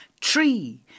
Tree